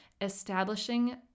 Establishing